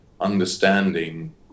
understanding